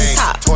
top